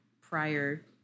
prior